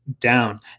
down